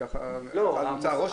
כך נוצר הרושם.